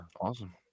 awesome